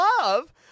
love